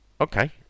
Okay